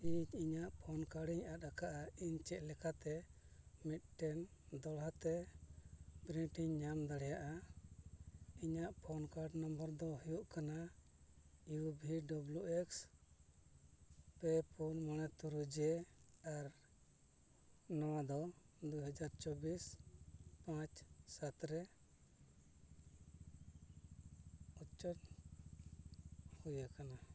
ᱤᱧ ᱤᱧᱟᱹᱜ ᱯᱮᱱᱠᱟᱨᱰ ᱤᱧ ᱟᱫ ᱟᱠᱟᱫᱟ ᱤᱧ ᱪᱮᱫ ᱞᱮᱠᱟᱛᱮ ᱢᱤᱫᱴᱮᱱ ᱫᱚᱦᱲᱟᱛᱮ ᱯᱨᱤᱱᱴ ᱤᱧ ᱧᱟᱢ ᱫᱟᱲᱮᱭᱟᱜᱼᱟ ᱤᱧᱟᱹᱜ ᱯᱮᱱᱠᱟᱨᱰ ᱱᱟᱢᱵᱟᱨ ᱫᱚ ᱦᱩᱭᱩᱜ ᱠᱟᱱᱟ U B W X P ᱯᱩᱱ ᱢᱚᱬᱮ ᱛᱩᱨᱩᱭ ᱡᱮ ᱟᱨ ᱱᱚᱣᱟᱫᱚ ᱫᱩ ᱦᱟᱡᱟᱨ ᱪᱚᱵᱽᱵᱤᱥ ᱯᱟᱸᱪ ᱥᱟᱛᱨᱮ ᱩᱪᱷᱟᱹᱱ ᱦᱩᱭ ᱟᱠᱟᱱᱟ